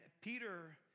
Peter